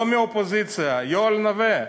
לא מהאופוזיציה, יואל נוה.